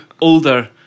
older